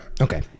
Okay